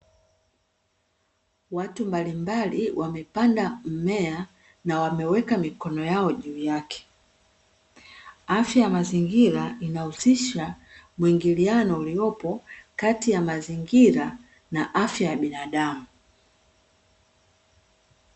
Watu mbalimbali wamepanda mmea, na wameweka mikono yao juu yake. Afya ya mazingira inahusisha muingiliano uliopo kati ya mazingira na afya ya binadamu.